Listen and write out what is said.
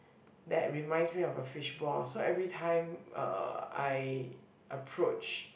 that reminds me of a fish ball so every time uh I approach